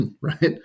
right